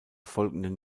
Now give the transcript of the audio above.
folgenden